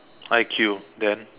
I_Q then